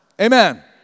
Amen